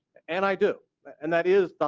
and i do and that is, ah